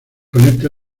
conecte